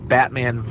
Batman